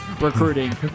recruiting